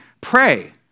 Pray